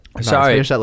Sorry